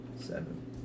seven